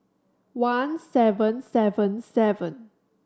one seven seven seven